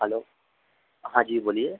hello हाँ जी बोलिए